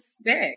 stick